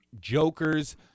Jokers